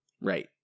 right